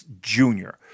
junior